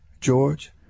George